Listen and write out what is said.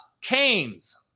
Cane's